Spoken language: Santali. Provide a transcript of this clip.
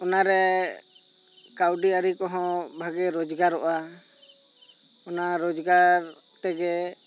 ᱚᱱᱟ ᱨᱮ ᱠᱟᱣᱰᱤ ᱟᱹᱨᱤ ᱠᱚ ᱦᱚᱸ ᱵᱷᱟᱜᱮ ᱨᱚᱡᱽᱜᱟᱨᱚᱜ ᱟ ᱚᱱᱟ ᱨᱚᱡᱽᱜᱟᱨ ᱛᱮᱜᱮ